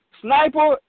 Sniper